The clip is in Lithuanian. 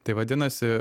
tai vadinasi